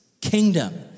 Kingdom